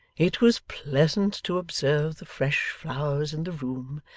it was pleasant to observe the fresh flowers in the room,